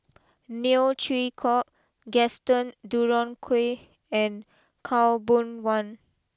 Neo Chwee Kok Gaston Dutronquoy and Khaw Boon Wan